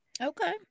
Okay